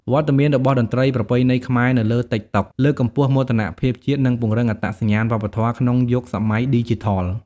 វត្តមានរបស់តន្ត្រីប្រពៃណីខ្មែរនៅលើ តិកតុក លើកកម្ពស់មោទនភាពជាតិ និងពង្រឹងអត្តសញ្ញាណវប្បធម៌ក្នុងយុគសម័យឌីជីថល។